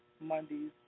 Mondays